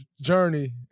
journey